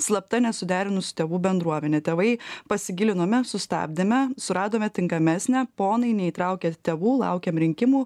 slapta nesuderinus tėvų bendruomene tėvai pasigilinome sustabdėme suradome tinkamesnę ponai neįtraukė tėvų laukiam rinkimų